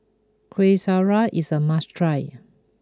Kuih Syara is a must try